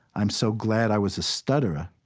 i'm so glad i was a stutterer,